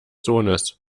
sohnes